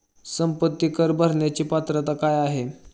संपत्ती कर भरण्याची पात्रता काय आहे?